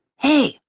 hey,